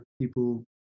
people